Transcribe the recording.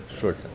short